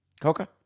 Coca